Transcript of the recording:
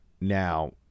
Now